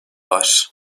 var